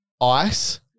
Ice